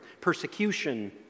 persecution